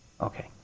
Okay